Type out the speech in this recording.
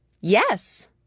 Yes